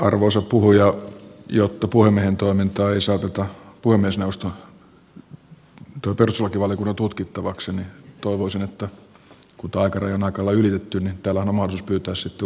arvoisa puhuja jotta puhemiehen toimintaa ei saateta puhemiesneuvoston tai perustuslakivaliokunnan tutkittavaksi toteaisin että kun tämä aikaraja on aika lailla ylitetty niin täällähän on mahdollisuus pyytää sitten uusi puheenvuoro